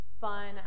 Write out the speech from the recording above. fun